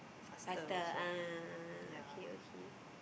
faster ah okay okay